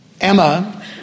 Emma